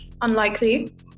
unlikely